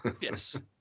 yes